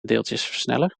deeltjesversneller